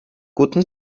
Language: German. guten